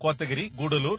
Kotagiri Cuddalore